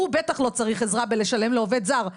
הוא בטח לא צריך עזרה בלשלם לעובד זר,